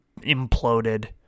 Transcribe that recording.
imploded